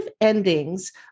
endings